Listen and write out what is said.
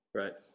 right